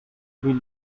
will